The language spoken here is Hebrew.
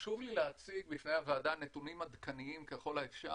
חשוב לי להציג בפני הוועדה נתונים עדכניים ככל האפשר